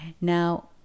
Now